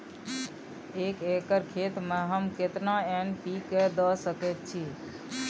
एक एकर खेत में हम केतना एन.पी.के द सकेत छी?